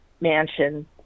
mansion